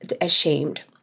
ashamed